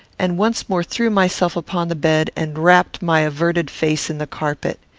and once more threw myself upon the bed, and wrapped my averted face in the carpet.